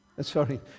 Sorry